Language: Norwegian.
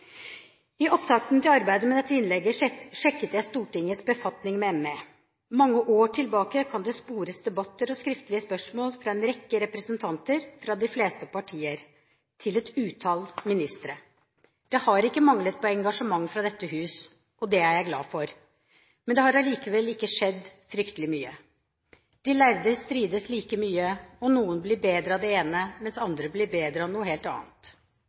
I opptakten til arbeidet med dette innlegget sjekket jeg Stortingets befatning med ME. Mange år tilbake kan det spores debatter, og skriftlige spørsmål fra en rekke representanter fra de fleste partier til et utall ministre. Det har ikke manglet på engasjement fra dette hus, og det er jeg glad for. Men det har likevel ikke skjedd fryktelig mye. De lærde strides like mye. Noen blir bedre av det ene, mens andre blir bedre av noe helt annet.